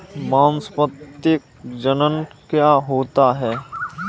वानस्पतिक जनन क्या होता है?